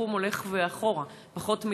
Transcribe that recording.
התחום הולך אחורה, פחות מיטות,